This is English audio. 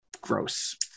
gross